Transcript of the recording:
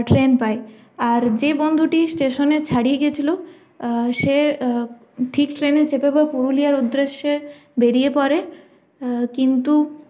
train পাই আর যে বন্ধুটি স্টেশনে ছাড়িয়ে গেছিল সে ঠিক ট্রেনে চেপে পুরুলিয়ার উদ্দেশ্যে বেড়িয়ে পড়ে কিন্তু